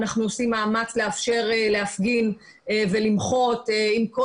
אנחנו עושים מאמץ לאפשר להפגין ולמחות עם כל